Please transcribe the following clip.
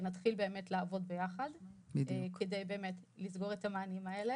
שנתחיל לעבוד ביחד כדי לסגור את המענים האלה.